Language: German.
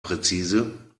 präzise